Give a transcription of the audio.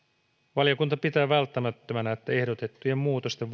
valiokunta pitää välttämättömänä että ehdotettujen muutosten